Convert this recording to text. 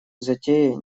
затеи